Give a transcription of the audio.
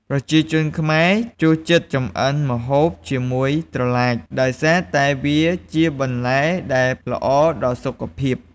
ប្រជាជនខ្មែរចូលចិត្តចម្អិនម្ហូបជាមួយត្រឡាច ដោយសារតែវាជាបន្លែដែលល្អដល់សុខភាព។